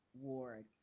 ward